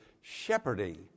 shepherding